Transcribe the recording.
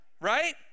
Right